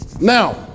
Now